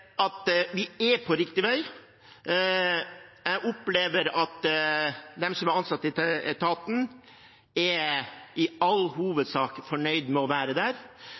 at de som er ansatt i etaten, i all hovedsak er fornøyd med å være der,